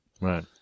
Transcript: Right